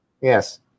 Yes